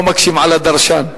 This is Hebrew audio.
לא מקשים על הדרשן.